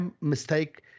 mistake